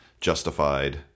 justified